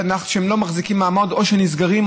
שהם לא מחזיקים מעמד או שנסגרים,